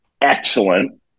Excellent